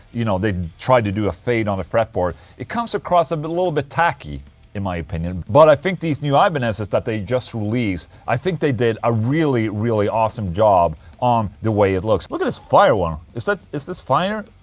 you know, they try to do a fade on the fretboard it comes across a but little bit tacky in my opinion but i think these new ibanez that they just released i think they did a really really awesome job on the way it looks look at this fire one is that. is this fire?